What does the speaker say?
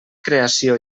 creació